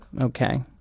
Okay